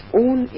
own